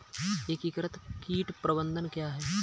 एकीकृत कीट प्रबंधन क्या है?